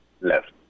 left